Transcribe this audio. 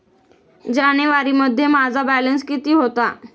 जानेवारीमध्ये माझा बॅलन्स किती होता?